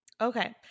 okay